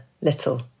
little